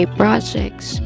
projects